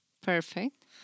Perfect